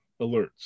alerts